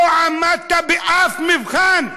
לא עמדת באף מבחן,